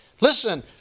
Listen